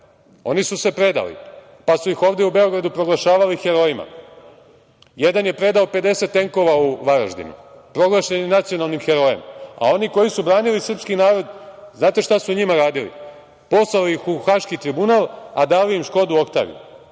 Oni su se predali, pa su ih ovde u Beogradu proglašavali herojima. Jedan je predao 50 tenkova u Varaždinu. Proglašen je nacionalnim herojem. A oni koji su branili srpski narod, znate šta su njima radili? Poslali ih u Haški tribunal, a dali im Škodu oktaviju. Pa,